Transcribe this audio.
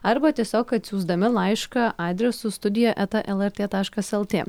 arba tiesiog atsiųsdami laišką adresu studija eta lrt taškas lt